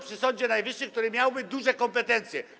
przy Sądzie Najwyższym, który miałby duże kompetencje.